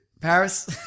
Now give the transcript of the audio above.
Paris